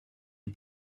and